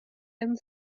and